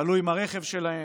עלו עם הרכב שלהם,